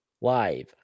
live